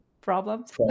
problems